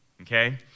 okay